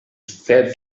said